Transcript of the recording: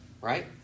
right